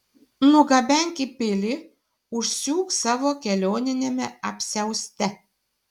nugabenk į pilį užsiūk savo kelioniniame apsiauste